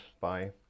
bye